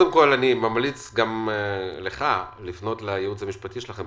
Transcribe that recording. ממליץ גם לך, יעקב, לפנות ליועץ המשפטי שלכם.